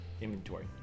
inventory